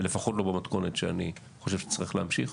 ולפחות לא במתכונת שאני חושב שצריך להמשיך.